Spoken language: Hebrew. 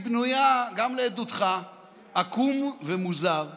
היא בנויה, גם לעדותך, עקום ומוזר,